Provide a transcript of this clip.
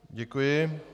Děkuji.